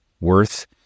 worth